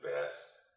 best